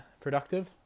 productive